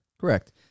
Correct